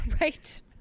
Right